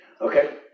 Okay